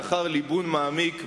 לאחר ליבון מעמיק,